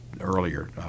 earlier